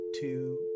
two